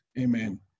Amen